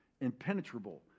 impenetrable